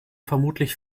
vermutlich